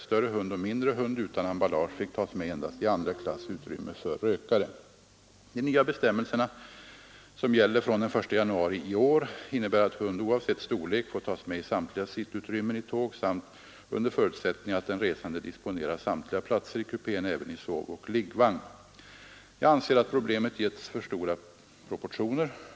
Större hund och mindre hund utan emballage fick tas med endast i andra klass utrymme för rökare. De nya bestämmelserna, som gäller fr.o.m. den 1 januari i år, innebär att hund oavsett storlek får tas med i samtliga sittutrymmen i tåg samt — under förutsättning att den resande disponerar samtliga platser i kupén — även i sovoch liggvagn. Jag anser att problemet getts för stora proportioner.